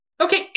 Okay